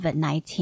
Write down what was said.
COVID-19